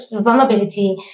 vulnerability